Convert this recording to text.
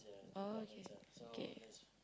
oh okay okay